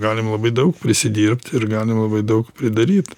galim labai daug prisidirbt ir galim labai daug pridaryt